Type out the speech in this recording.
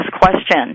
question